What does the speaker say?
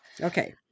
Okay